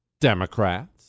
Democrats